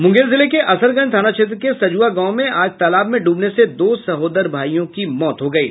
मूंगेर जिले के असरगंज थाना क्षेत्र के सज्ञा गांव में आज तालाब में ड्बने से दो सहोदर भाई की मौत हो गयी